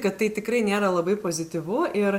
kad tai tikrai nėra labai pozityvu ir